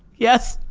yes.